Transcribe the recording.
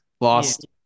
Lost